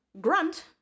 Grunt